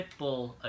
Pitbull